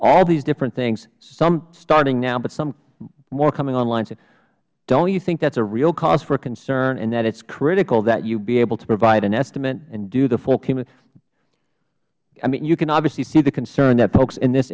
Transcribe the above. all these different things some starting now but some more coming online soon don't you think that's a real cause for concern and that it is critical that you be able to provide an estimate and do the full cumulative i mean you can obviously see the concern that folks in this